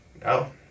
no